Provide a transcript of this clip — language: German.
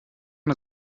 ein